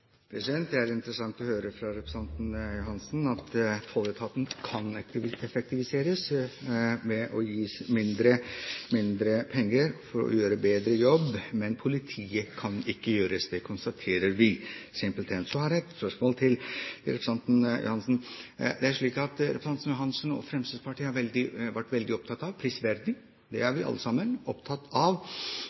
Johansen at tolletaten kan effektiviseres ved at den gis mindre penger for å gjøre en bedre jobb, men at man ikke kan gjøre det med politiet. Det konstaterer vi simpelthen. Så har jeg et spørsmål til representanten Ørsal Johansen. Det er slik at representanten Ørsal Johansen og Fremskrittspartiet prisverdig har vært veldig opptatt av – det er vi alle sammen